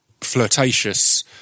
flirtatious